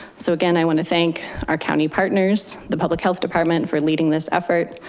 so again, i wanna thank our county partners, the public health department for leading this effort,